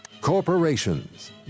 Corporations